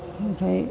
ओमफ्राय